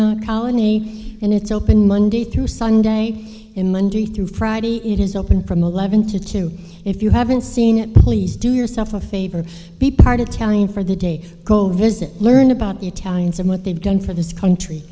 in colony and it's open monday through sunday in monday through friday it is open from eleven to two if you haven't seen it please do yourself a favor be part of telling for the day go visit learn about the italians and what they've done for this country